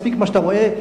מספיק מה שאתה רואה,